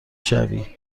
شوی